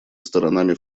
сторонами